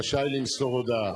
רשאי למסור הודעה.